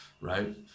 right